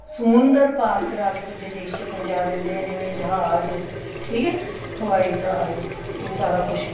ਸਮੁੰਦਰ ਪਾਰ ਕਰਾ ਕੇ ਦੂਜੇ ਦੇਸ਼ 'ਚ ਪਹੁੰਚਾ ਦਿੰਦੇ ਆ ਜਿਵੇਂ ਜਹਾਜ਼ ਠੀਕ ਆ ਹਵਾਈ ਜਹਾਜ਼ ਇਹ ਸਾਰਾ ਕੁਛ